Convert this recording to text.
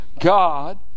God